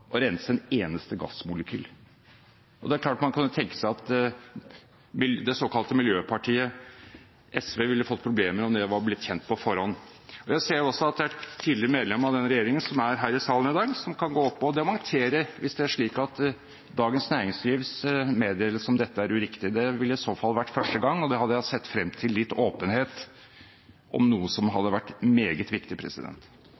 rense et eneste gassmolekyl. Det er klart at man kan tenke seg at det såkalte miljøpartiet SV ville fått problemer om det var blitt kjent på forhånd. Jeg ser også at det er et tidligere medlem av denne regjeringen her i salen i dag, som kan gå opp og dementere hvis det er slik at Dagens Næringslivs meddelelse om dette er uriktig. Det ville i så fall vært første gang, og det hadde jeg sett frem til – litt åpenhet om noe som